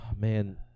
man